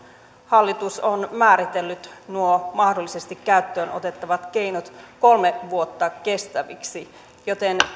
hallitus on määritellyt nuo mahdollisesti käyttöön otettavat keinot kolme vuotta kestäviksi joten